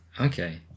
Okay